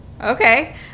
Okay